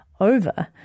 over